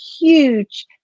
huge